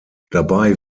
dabei